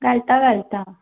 घालतां घालतां